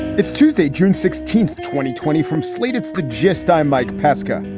it's tuesday, june sixteenth, twenty twenty from slate, it's the gist. i'm mike pesca.